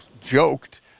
joked